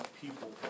people